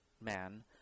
man